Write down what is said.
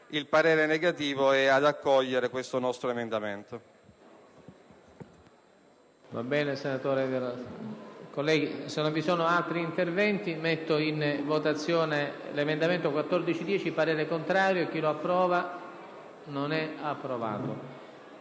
il parere negativo e ad accogliere il nostro emendamento.